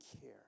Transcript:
care